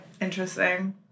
Interesting